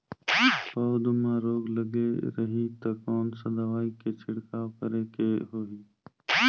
पौध मां रोग लगे रही ता कोन सा दवाई के छिड़काव करेके होही?